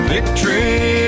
Victory